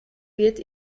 wird